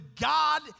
God